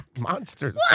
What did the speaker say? Monsters